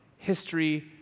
history